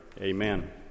amen